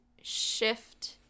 shift